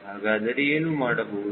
ಹಾಗಾದರೆ ಏನು ಮಾಡಬಹುದು